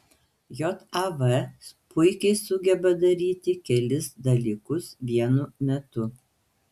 jav puikiai sugeba daryti kelis dalykus vienu metu